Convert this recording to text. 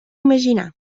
imaginar